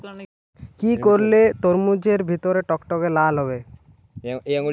কি করলে তরমুজ এর ভেতর টকটকে লাল হবে?